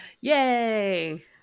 Yay